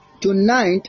Tonight